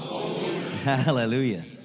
Hallelujah